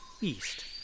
East